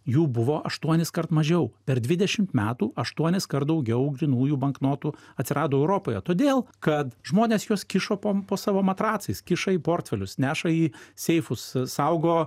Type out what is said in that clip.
jų buvo aštuoniskart mažiau per dvidešimt metų aštuoniskart daugiau grynųjų banknotų atsirado europoje todėl kad žmonės juos kišo pom po savo matracais kiša į portfelius neša į seifus saugo